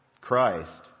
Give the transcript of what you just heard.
Christ